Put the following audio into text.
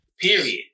Period